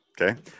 Okay